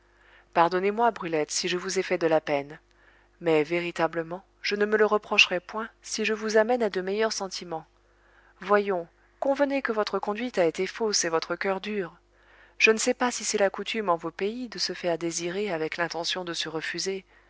pardonnez-moi brulette si je vous ai fait de la peine mais véritablement je ne me le reprocherai point si je vous amène à de meilleurs sentiments voyons convenez que votre conduite a été fausse et votre coeur dur je ne sais pas si c'est la coutume en vos pays de se faire désirer avec l'intention de se refuser